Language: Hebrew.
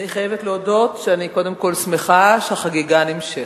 אני חייבת להודות שאני קודם כול שמחה שהחגיגה נמשכת.